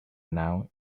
now